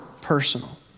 personal